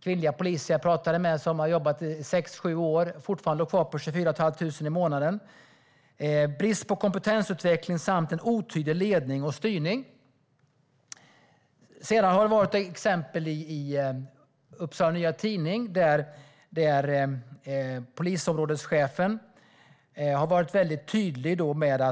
kvinnliga poliser som jag pratade med, som hade jobbat i sex sju år, låg fortfarande kvar på 24 500 kronor i månaden. Man pekade också på att det är brist på kompetensutveckling samt en otydlig ledning och styrning. I Upsala Nya Tidning har polisområdeschefen varit väldigt tydlig.